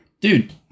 Dude